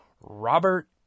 Robert